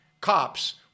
cops